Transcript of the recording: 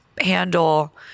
handle